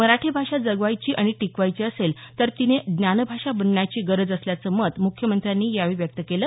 मराठी भाषा जगवायची आणि टिकवायची असेल तर तिने ज्ञानभाषा बनण्याची गरज असल्याचं मत मुख्यमंत्र्यांनी यावेळी व्यक्त केलं